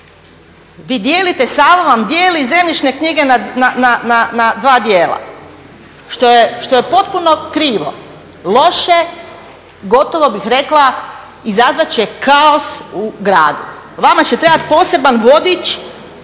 Vi dijelite, Sava vam dijeli zemljišne knjige na dva dijela što je potpuno krivo, loše, gotovo bih rekla izazvat će kaos u gradu. Vama će trebati poseban vodič